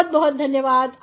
बहुत बहुत धन्यवाद